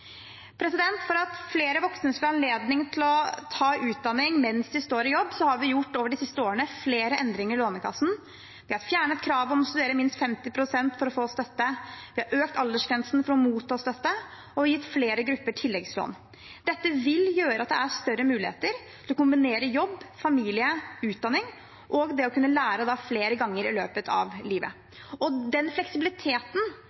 For at flere voksne skal ha anledning til å ta utdanning mens de står i jobb, har vi over de siste årene gjort flere endringer i Lånekassen. Vi har fjernet kravet om å studere minst 50 pst. for å få støtte, vi har økt aldersgrensen for å motta støtte, og vi har gitt flere grupper tilleggslån. Dette vil gjøre at det er større muligheter til å kombinere jobb, familie og utdanning og å kunne lære flere ganger i løpet av